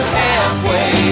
halfway